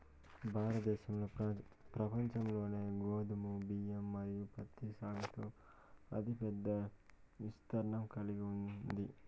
భారతదేశం ప్రపంచంలోనే గోధుమ, బియ్యం మరియు పత్తి సాగులో అతిపెద్ద విస్తీర్ణం కలిగి ఉంది